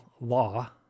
law